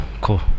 cool